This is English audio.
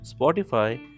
Spotify